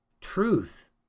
truth